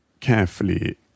carefully